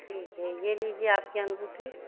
ठीक है ये लीजिए आपकी अंगूठी